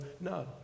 No